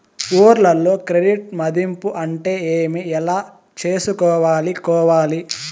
ఊర్లలో క్రెడిట్ మధింపు అంటే ఏమి? ఎలా చేసుకోవాలి కోవాలి?